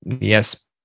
yes